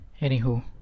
Anywho